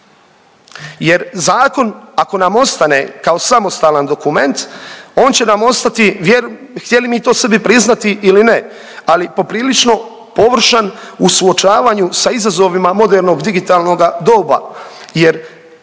jer zakon, ako nam ostane kao samostalan dokument, on će nam ostati, htjeli mi to sebi priznati ili ne, ali poprilično površan u suočavanju sa izazovima modernog digitalnoga doba jer sama